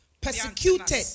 persecuted